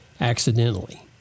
accidentally